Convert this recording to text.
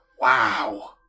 Wow